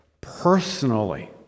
personally